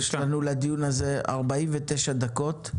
יש לדיון הזה 49 דקות,